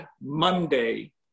Monday